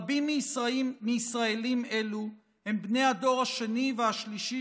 רבים מישראלים אלו הם בני הדור השני והשלישי